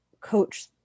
coach